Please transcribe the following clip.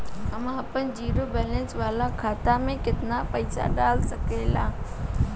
हम आपन zero balance वाला खाता मे केतना पईसा डाल सकेला?